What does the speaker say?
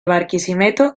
barquisimeto